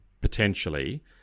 potentially